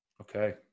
okay